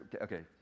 okay